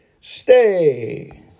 Stay